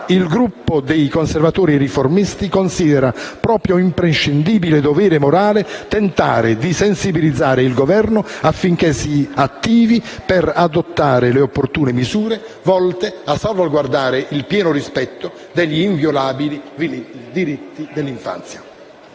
il Gruppo dei Conservatori e Riformisti considera proprio imprescindibile dovere morale tentare di sensibilizzare il Governo affinché si attivi per adottare le opportune misure, volte a salvaguardare il pieno rispetto degli inviolabili diritti dell'infanzia.